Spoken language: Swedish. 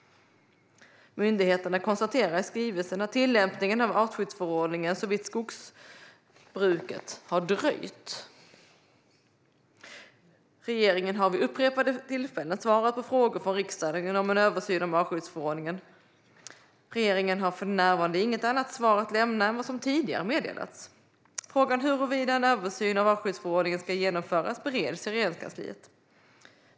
Myndigheterna konstaterar i skrivelsen att tillämpningen av artskyddsförordningen såvitt avser skogsbruket har dröjt. Regeringen har vid upprepade tillfällen svarat på frågor från riksdagen om en översyn av artskyddsförordningen. Regeringen har för närvarande inget annat svar att lämna än vad som tidigare meddelats. Frågan om huruvida en översyn av artskyddsförordningen ska genomföras bereds i Regeringskansliet.